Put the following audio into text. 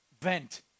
vent